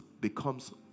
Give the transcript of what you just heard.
becomes